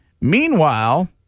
Meanwhile